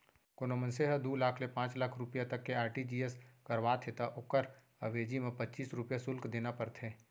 कोनों मनसे ह दू लाख ले पांच लाख रूपिया तक के आर.टी.जी.एस करावत हे त ओकर अवेजी म पच्चीस रूपया सुल्क देना परथे